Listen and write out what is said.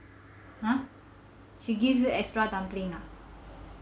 !huh! she gave you extra dumplings ah